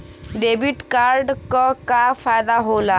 Debit card क का फायदा हो ला?